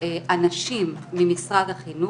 אנשים ממשרד החינוך,